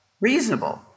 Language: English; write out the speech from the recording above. reasonable